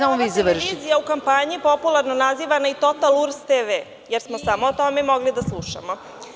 Pa je ova televizija u kampanji popularno nazivana i „Total URS TV“, jer smo samo o tome mogli da slušamo.